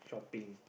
shopping